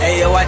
Ayo